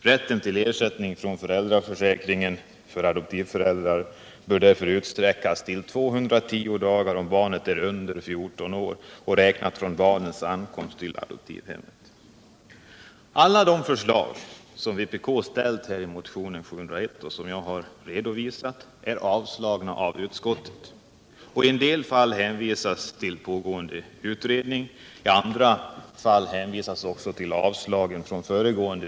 Rätten till ersättning från föräldraförsäkringen för adoptivföräldrar bör därför utsträckas till 210 dagar om barnet är under 14 år och räknat från barnets ankomst till adoptivhemmet. Alla de förslag som vpk framställt i motionen 701 och som jag här har redovisat har avstyrkts av utskottet. I en del fall hänvisas till pågående utredning, i andra fall till föregående riksdags avslag på förslaget.